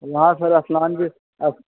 यहाँ सर स्नान भी